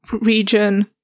region